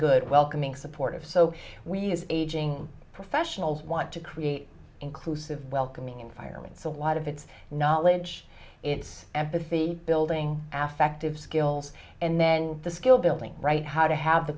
good welcoming supportive so we as aging professionals want to create a inclusive welcoming environment so a lot of it's knowledge it's empathy building aspect of skills and then the skill building right how to have the